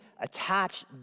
attach